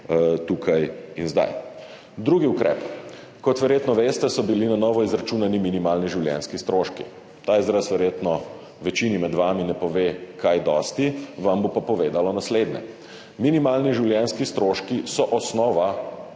tukaj in zdaj. Drugi ukrep. Kot verjetno veste, so bili na novo izračunani minimalni življenjski stroški. Ta izraz verjetno večini med vami ne pove kaj dosti, vam bo pa povedalo naslednje. Minimalni življenjski stroški so osnova,